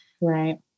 Right